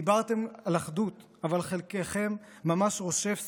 דיברתם על אחדות, אבל חלקכם ממש רושף שנאה.